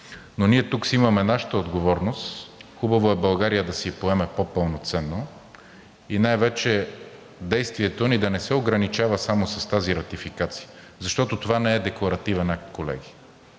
Но ние тук си имаме нашата отговорност, хубаво е България да си я поеме по-пълноценно и най-вече действието ни да не се ограничава само с тази ратификация. Защото това не е декларативен акт, колеги,